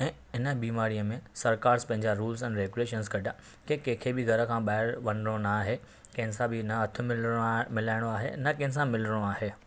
ऐं इन बीमारीअ में सरकार पंहिंजा रूल्स ऐंड रेगुलेशनस कढिया की कंहिंखे बि घर खां ॿाहिरि वञिणो न आहे कंहिंसां बि न हथु मिलाइणो आहे न कंहिंसां मिलिणो आहे